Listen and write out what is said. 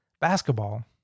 basketball